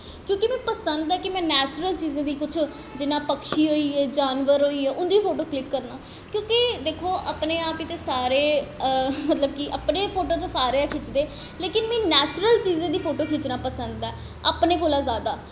क्योंकि मीं पसंद ऐ कि नैचुर्ल चीजें दी कुछ जि'यां पक्षी होई गै जानबर होई गे उं'दी फोटो क्लिक करना क्योंकि दिक्खो अपने आप गी ते सारे अपने फोटो ते सारे गै खिच्चदे लेकिन मिगी नैचुर्ल चीज़ें दी फोटो खिच्चना पसंद ऐ अपने कोला दा जैदा ते मेें